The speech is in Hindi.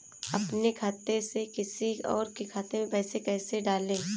अपने खाते से किसी और के खाते में पैसे कैसे डालें?